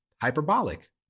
hyperbolic